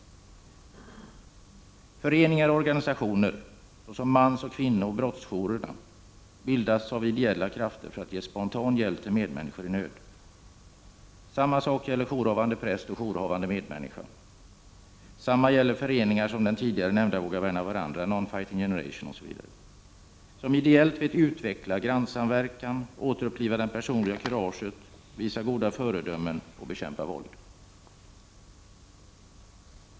25 Föreningar och organisationer såsom mans-, kvinnooch brottsofferjourerna bildas av ideella krafter för att ge spontan hjälp till medmänniskor i nöd. Samma sak gäller jourhavande präst och jourhavande medmänniska. Detsamma gäller föreningar som den tidigare nämnda Våga värna varandra, Non Fighting Generation osv., som ideellt vill utveckla grannsamverkan, återuppliva det personliga kuraget, visa upp goda föredömen och bekämpa våldet.